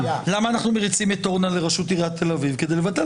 אני מבקש שנשים לב לאמירה של השופט סולברג שלא משתקפת